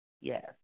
Yes